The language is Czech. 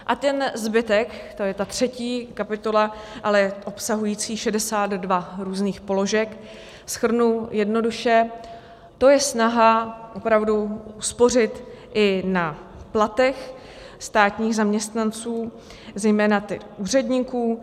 A ten zbytek, to je ta třetí kapitola, ale obsahující 62 různých položek shrnu jednoduše to je snaha opravdu spořit i na platech státních zaměstnanců, zejména úředníků.